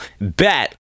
Bet